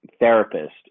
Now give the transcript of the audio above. therapist